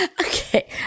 Okay